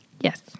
Yes